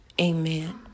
amen